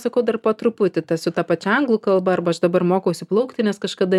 sakau dar po truputį tas su ta pačia anglų kalba arba aš dabar mokausi plaukti nes kažkada